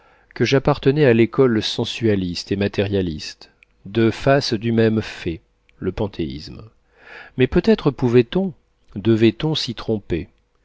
que j'appartenais à l'école sensualiste et matérialiste deux faces du même fait le panthéisme mais peut-être pouvait-on devait-on s'y tromper